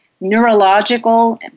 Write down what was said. neurological